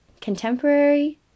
contemporary